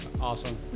Awesome